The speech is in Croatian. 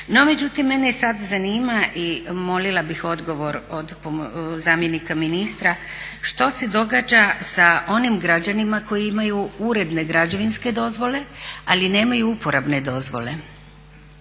No međutim, mene sad zanima i molila bih odgovor od zamjenika ministra što se događa sa onim građanima koji imaju uredne građevinske dozvole ali nemaju uporabne dozvole?